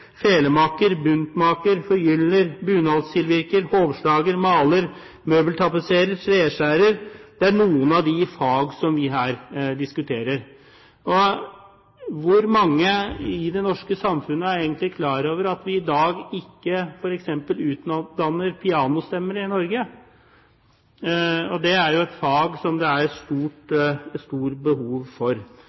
felemaker, buntmaker, forgyller, bunadstilvirker, hovslager, maler, møbeltapetserer, treskjærer. Det er noen av de fag som vi her diskuterer. Hvor mange i det norske samfunnet er egentlig klar over at vi i dag ikke utdanner f.eks. pianostemmere i Norge? Det er et fag som det er stort behov for.